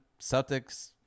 Celtics